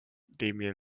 dimly